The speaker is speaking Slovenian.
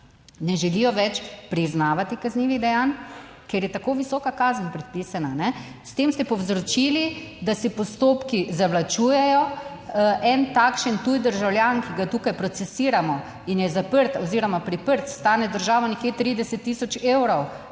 ne želijo več priznavati kaznivih dejanj, ker je tako visoka kazen predpisana. S tem ste povzročili, da se postopki zavlačujejo. En takšen tuj državljan, ki ga tukaj procesiramo in je zaprt oziroma priprt, stane državo nekje 30 tisoč evrov